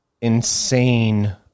insane